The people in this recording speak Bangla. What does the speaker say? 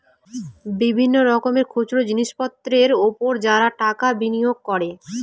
বিভিন্ন রকমের খুচরো জিনিসপত্রের উপর যারা টাকা বিনিয়োগ করে